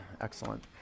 Excellent